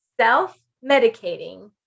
self-medicating